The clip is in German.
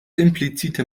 implizite